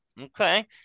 Okay